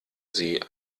sie